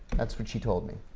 that's what she told me.